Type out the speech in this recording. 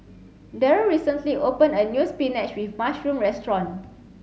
Darryl recently opened a new spinach with mushroom restaurant